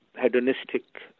hedonistic